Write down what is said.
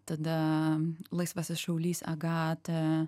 tada laisvasis šaulys agata